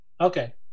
Okay